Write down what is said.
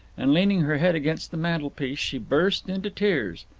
and leaning her head against the mantelpiece, she burst into tears.